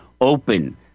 open